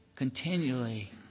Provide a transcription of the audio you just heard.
continually